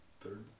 Third